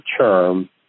term